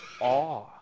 awe